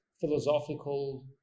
philosophical